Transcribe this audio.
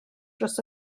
dros